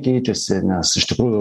keičiasi nes iš tikrųjų